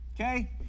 Okay